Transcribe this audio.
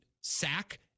sack